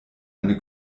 eine